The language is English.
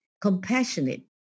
compassionate